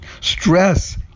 Stress